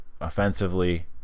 offensively